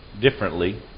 differently